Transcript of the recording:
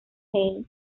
playing